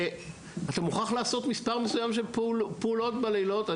אתה מוכרח לעשות מספר מסוים של פעולות בלילות.